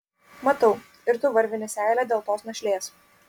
matau ir tu varvini seilę dėl tos našlės